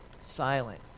silent